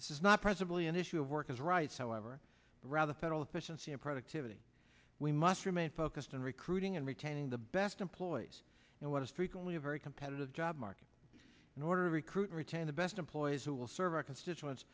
this is not presently an issue of workers rights however rather federal efficiency and productivity we must remain focused on recruiting and retaining the best employees and what is frequently a very competitive job market in order to recruit retain the best employees who will serve our constituents